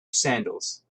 sandals